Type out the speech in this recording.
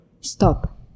stop